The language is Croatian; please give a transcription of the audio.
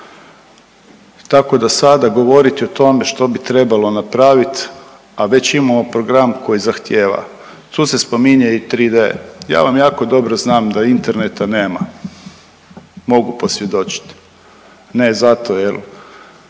Tako da sada govoriti o tome što bi trebalo napraviti, a već imamo program koji zahtjeva. Tu se spominje i 3D. Ja vam jako dobro znam da interneta nema. Mogu posvjedočiti. Ne zato, a